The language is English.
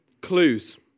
clues